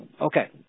Okay